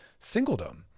singledom